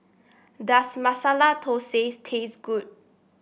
does Masala Thosais taste good